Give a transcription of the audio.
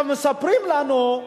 מספרים לנו,